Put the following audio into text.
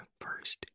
first